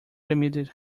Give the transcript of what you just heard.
admitted